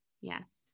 Yes